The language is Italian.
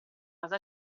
base